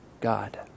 God